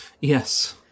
Yes